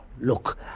Look